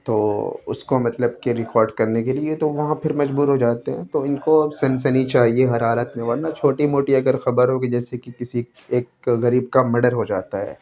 تو اس کو مطلب کہ ریکارڈ کرنے کے لیے تو وہاں پھر مجبور ہو جاتے ہیں تو ان کو سنسنی چاہیے ہر حالت میں ورنہ چھوٹی موٹی اگر خبر ہوگی جیسے کہ کسی ایک غریب کا مڈر ہو جاتا ہے